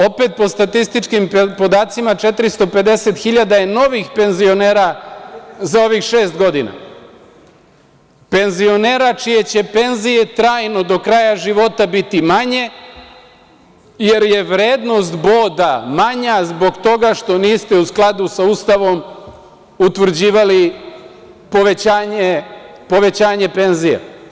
Opet po statističkim podacima, 450.000 je novih penzionera za ovih šest godina, penzionera čije će penzije trajno, do kraja života biti manje, jer je vrednost boda manja zbog toga što niste u skladu sa Ustavom utvrđivali povećanje penzija.